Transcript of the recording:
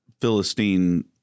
Philistine